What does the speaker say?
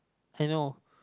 I know